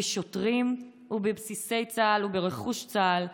בשוטרים ובבסיסי צה"ל וברכוש צה"ל,